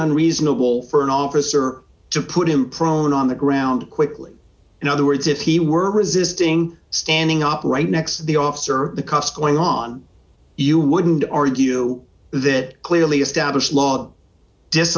unreasonable for an officer to put him prone on the ground quickly in other words if he were resisting standing up right next to the officer the cost going on you wouldn't argue that clearly established law th